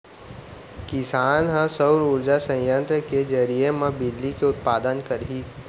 किसान ह सउर उरजा संयत्र के जरिए म बिजली के उत्पादन करही